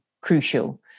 crucial